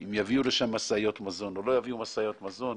אם יבוא לשם משאיות מזון או לא יביאו משאיות מזון,